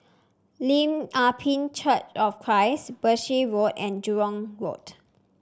Lim Ah Pin Church of Christ Berkshire Road and Jurong Road